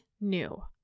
new